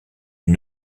une